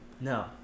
no